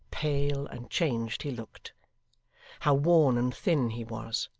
pale, and changed he looked how worn and thin he was